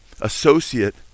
associate